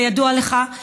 כידוע לך,